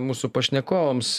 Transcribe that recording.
mūsų pašnekovams